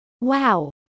Wow